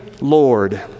Lord